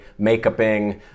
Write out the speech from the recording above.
makeuping